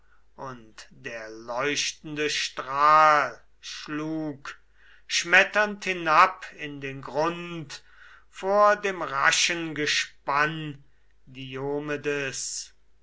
und der leuchtende strahl schlug schmetternd hinab in den grund vor dem raschen gespann diomedes